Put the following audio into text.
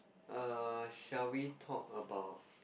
err shall we talk about